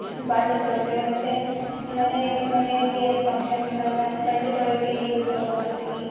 ಬಾಣಲೆ ತೊಳಿತೇವೆ ಮತ್ತೆ ಮನೆಯಲ್ಲಿ ಮನೆಯಲ್ಲಿ ಏನಾದರು ಫಂಕ್ಷನ್ ಇದ್ದಾಗ ಪಂಡ್ ತೊಳೆಯೋಕೆ ನೀರು ಉಪಯೋಗ ಮಾಡ್ತೀವಿ